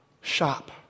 shop